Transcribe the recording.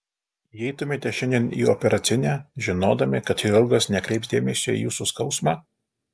įeitumėte šiandien į operacinę žinodami kad chirurgas nekreips dėmesio į jūsų skausmą